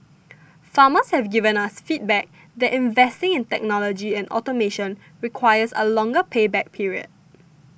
farmers have given us feedback that investing in technology and automation requires a longer pay back period